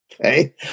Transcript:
Okay